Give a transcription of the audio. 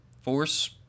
force